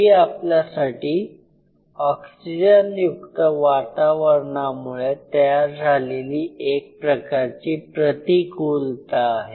ही आपल्यासाठी ऑक्सिजनयुक्त वातावरणामुळे तयार झालेली एक प्रकारची प्रतिकूलता आहे